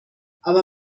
aber